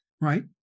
Right